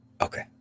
Okay